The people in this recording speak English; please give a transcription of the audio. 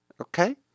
Okay